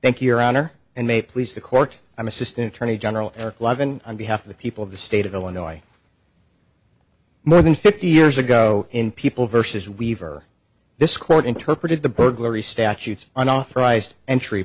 thank you your honor and may please the court i'm assistant attorney general eleven on behalf of the people of the state of illinois more than fifty years ago in people versus weaver this court interpreted the burglary statutes unauthorized entry